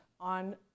on